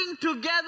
together